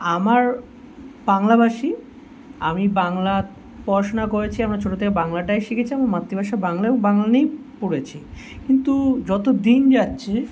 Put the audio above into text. আমার বাংলাভাষী আমি বাংলার পড়াশোনা করেছি আমরা ছোটো থেকে বাংলাটাই শিখেছি এবং মাতৃভাষা বাংলা এবং বাংলা নিয়েই পড়েছি কিন্তু যত দিন যাচ্ছে